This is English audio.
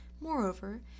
Moreover